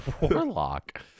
warlock